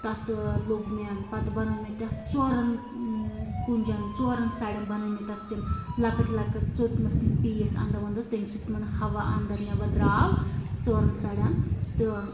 تَتھ ٲں لوٚگ مےٚ پَتہٕ بَنٲے مےٚ تَتھ ژورَن کُنجیٚن ژورَن سایڈَن بَنٲے مےٚ تَتھ تِم لۄکٕٹۍ لۄکٕٹۍ ژٔٹمیٚکھ تِم پیٖس اَنٛدو اَنٛدو تِمہِ سۭتۍ تِمن ہوا اَنٛدر نیٚبر درٛاو ژورَن سایڈَن تہٕ